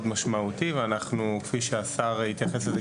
זה מאוד משמעותי ואנחנו כפי שהשר התייחס לזה,